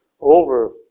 over